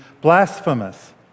blasphemous